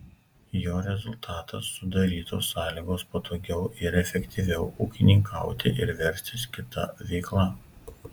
jo rezultatas sudarytos sąlygos patogiau ir efektyviau ūkininkauti ir verstis kita veikla